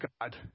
God